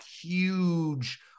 huge